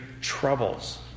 troubles